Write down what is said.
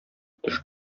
төш